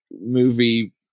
movie